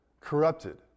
corrupted